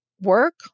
work